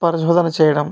పరిశోధన చేయడం